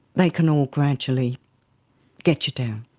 they can all gradually get you down.